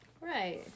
Right